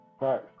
Right